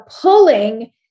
pulling